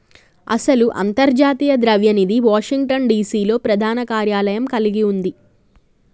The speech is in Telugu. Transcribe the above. అసలు అంతర్జాతీయ ద్రవ్య నిధి వాషింగ్టన్ డిసి లో ప్రధాన కార్యాలయం కలిగి ఉంది